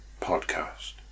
podcast